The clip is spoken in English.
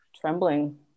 trembling